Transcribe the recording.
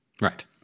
Right